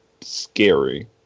scary